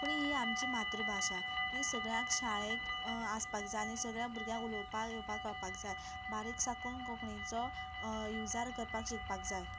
कोंकणी ही आमची मातृभाशा ती सगळ्यां शाळेंत आसपाक जाय आनी सगल्यां भुरग्यांक उलोवपाक येवपाक कळपाक जाय बारीक साकून कोंकणीचो उजार करपाक शिकपाक जाय